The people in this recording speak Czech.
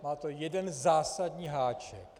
Má to jeden zásadní háček.